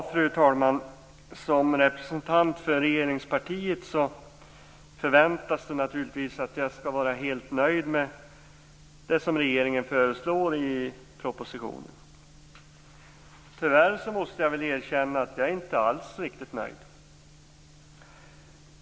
Fru talman! Som representant för regeringspartiet förväntas det naturligtvis att jag skall vara helt nöjd med det som regeringen föreslår i propositionen. Tyvärr måste jag erkänna att jag inte alls är riktigt nöjd.